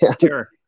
Sure